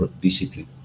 discipline